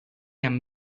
amb